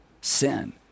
sin